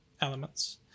elements